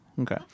Okay